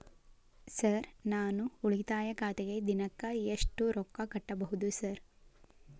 Sir ನಾನು ಉಳಿತಾಯ ಖಾತೆಗೆ ದಿನಕ್ಕ ಎಷ್ಟು ರೊಕ್ಕಾ ಕಟ್ಟುಬಹುದು ಸರ್?